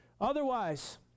Otherwise